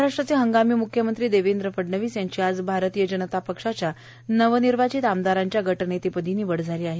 महाराष्ट्राचे हंगामी मुख्यमंत्री देवेंद्र फडणवीस यांची आज भारतीय जनता पक्षाच्या ववविवीचित आमदारांच्या गटनेतेपदी विवड झाली आहे